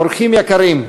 אורחים יקרים,